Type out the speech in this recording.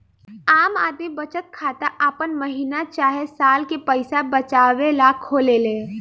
आम आदमी बचत खाता आपन महीना चाहे साल के पईसा बचावे ला खोलेले